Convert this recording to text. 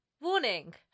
Warning